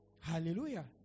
Hallelujah